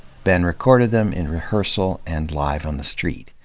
ben recorded them in rehearsal and live on the street.